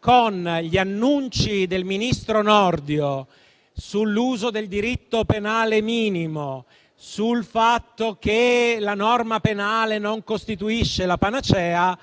con gli annunci del ministro Nordio sull'uso del diritto penale minimo e sul fatto che la norma penale non costituisce la panacea,